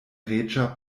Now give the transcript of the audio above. reĝa